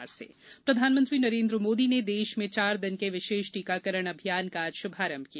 PM टीका उत्सव प्रधानमंत्री नरेन्द्र मोदी ने देश में चार दिन के विशेष टीकाकरण अभियान का आज शुभारंभ किया